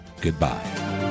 goodbye